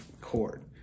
cord